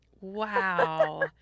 Wow